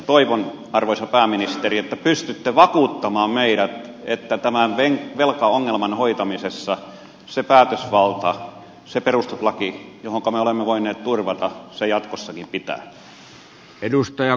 toivon arvoisa pääministeri että pystytte vakuuttamaan meidät että tämän velkaongelman hoitamisessa se päätösvalta se perustuslaki johonka me olemme voineet turvata jatkossakin pitää